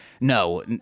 No